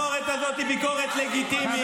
שאתם ממשלה כושלת.